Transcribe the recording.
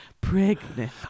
pregnant